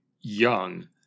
young